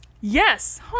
Yes